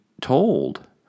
told